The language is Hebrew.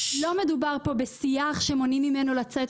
לא מדובר פה בסייח שמונעים ממנו לצאת.